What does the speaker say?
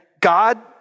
God